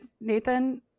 Nathan